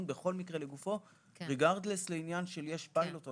בכל מקרה לגופו בלי קשר לשאלה אם יש פיילוט או